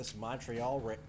Montreal